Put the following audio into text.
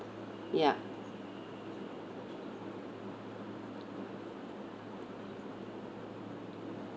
ya